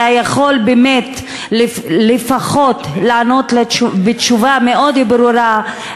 היה יכול באמת לפחות לענות בתשובה מאוד ברורה,